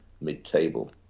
mid-table